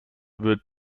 wird